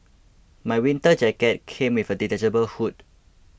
my winter jacket came with a detachable hood